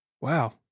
Wow